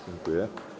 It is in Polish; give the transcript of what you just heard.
Dziękuję.